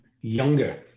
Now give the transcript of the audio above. younger